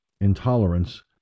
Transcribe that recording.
intolerance